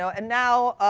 so and now,